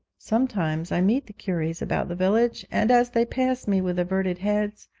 sometimes i meet the curries about the village, and, as they pass me with averted heads,